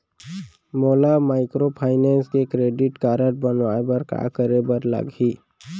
मोला माइक्रोफाइनेंस के credit card बनवाए बर का करे बर लागही?